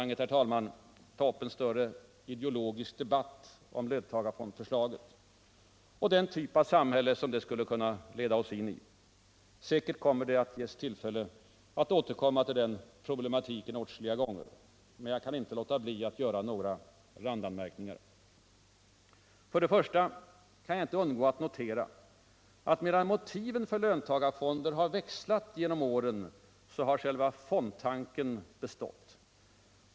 i detta sammanhang ta upp en större ideologisk debatt om löntagarfondförslaget och den typ av samhälle som det skulle kunna leda oss in i. Säkert kommer det att ges tillfälle att återkomma till den problematiken åtskilliga gånger. Men jag kan inte låta bli att göra några randanmärkningar. För det första kan jag inte undgå att notera, att medan motiven för löntagarfonder växlat genom åren, har själva fondtanken bestått.